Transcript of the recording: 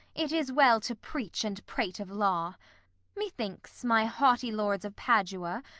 it is well to preach and prate of law methinks, my haughty lords of padua,